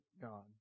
God